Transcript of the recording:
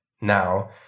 now